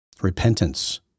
Repentance